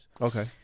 Okay